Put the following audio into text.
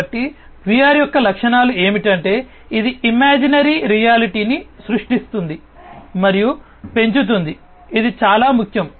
కాబట్టి VR యొక్క ముఖ్య లక్షణాలు ఏమిటంటే ఇది ఇమాజినరీ రియాలిటీని సృష్టిస్తుంది మరియు పెంచుతుంది ఇది చాలా ముఖ్యం